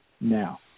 now